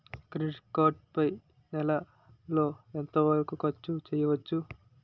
Credit card పై నెల లో ఎంత వరకూ ఖర్చు చేయవచ్చు?